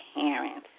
parents